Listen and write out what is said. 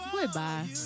Goodbye